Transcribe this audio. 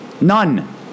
None